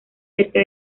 cerca